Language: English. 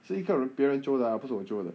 是一个人 jio 的啦不是我 jio 的